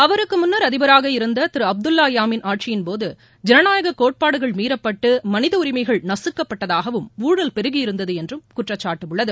அவருக்கு முன்னர் அதிபராக இருந்த திரு அப்துல்லா யாமின் ஆட்சியின் போது ஜனநாயக கோட்பாடுகள் மீறப்பட்டு மனிதஉரிமைகள் நகக்கப்பட்டதாகவும் ஊழல் பெருகி இருந்தது என்றும் குற்றசாட்டு உள்ளது